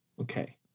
Okay